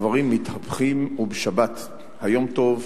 הדברים מתהפכים, ובשבת היום-טוב